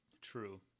True